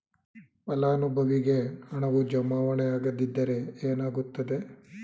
ಫಲಾನುಭವಿಗೆ ಹಣವು ಜಮಾವಣೆ ಆಗದಿದ್ದರೆ ಏನಾಗುತ್ತದೆ?